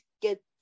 get